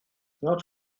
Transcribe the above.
not